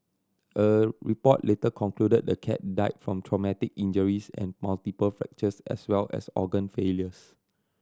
a report later concluded the cat died from traumatic injuries and multiple fractures as well as organ failures